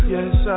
Yes